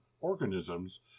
Organism's